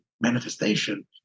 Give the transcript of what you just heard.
manifestation